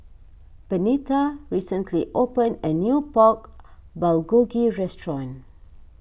Benita recently opened a new Pork Bulgogi restaurant